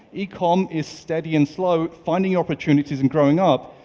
ecom is steady and slow, finding opportunities and growing up,